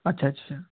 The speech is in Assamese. আচ্ছা আচ্ছা